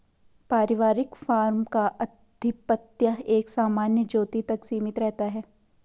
पारिवारिक फार्म का आधिपत्य एक सामान्य ज्योति तक सीमित रहता है